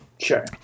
Sure